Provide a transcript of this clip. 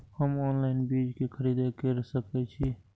हम ऑनलाइन बीज के खरीदी केर सके छी?